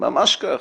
ממש ככה,